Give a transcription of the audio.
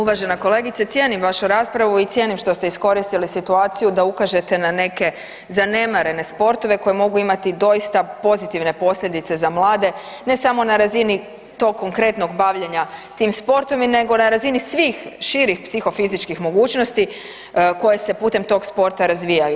Uvažena kolegice, cijenim vašu raspravu i cijenim što ste iskoristili situaciju da ukažete na neke zanemarene sportove koji mogu imati doista pozitivne posljedice za mlade, ne samo na razini tog konkretnog bavljenja tim sportom, nego na razini svih širih psihofizičkih mogućnosti koje se putem tog sporta razvijaju.